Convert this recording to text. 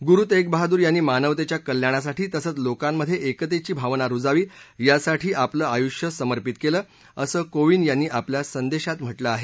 गुरु तेगबहादूर यांनी मानवतेच्या कल्याणासाठी तसंच लोकांमध्ये एकतेची भावना रुजावी यासाठी आपल आयुष्य समपिंत केलं असं कोविंद यांनी आपल्या संदेशात म्हा लिं आहे